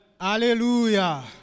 hallelujah